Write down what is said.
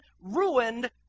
ruined